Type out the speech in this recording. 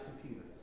computer